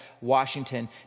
Washington